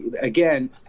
again